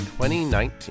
2019